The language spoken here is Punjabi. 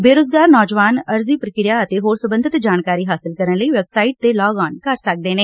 ਬੇਰੁਜਗਾਰ ਨੌਜਵਾਨ ਅਰਜ਼ੀ ਪ੍ਰਕਿਰਿਆ ਅਤੇ ਹੋਰ ਸਬੰਧਤ ਜਾਣਕਾਰੀ ਹਾਸਲ ਕਰਨ ਲਈ ਵੈਬਸਾਈਟ ਤੇ ਲਾਗ ਆਨ ਕਰ ਸਕਦੇ ਨੇ